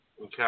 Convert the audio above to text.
Okay